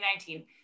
2019